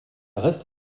reste